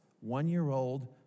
one-year-old